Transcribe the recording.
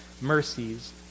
mercies